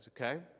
okay